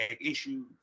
issues